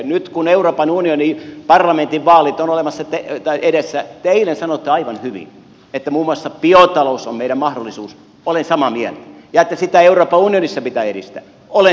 nyt kun euroopan parlamentin vaalit ovat edessä te eilen sanoitte aivan hyvin että muun muassa biotalous on meidän mahdollisuus olen samaa mieltä ja että sitä euroopan unionissa pitää edistää olen samaa mieltä